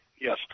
yes